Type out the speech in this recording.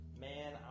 Man